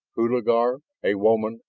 hulagur. a woman.